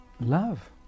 love